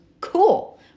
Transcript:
Cool